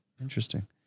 interesting